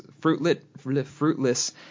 fruitless